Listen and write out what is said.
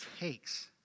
takes